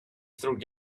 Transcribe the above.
through